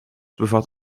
bevat